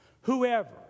Whoever